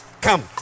come